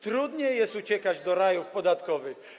Trudniej jest uciekać do rajów podatkowych.